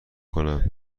کنم